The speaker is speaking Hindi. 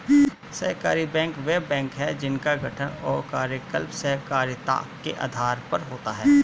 सहकारी बैंक वे बैंक हैं जिनका गठन और कार्यकलाप सहकारिता के आधार पर होता है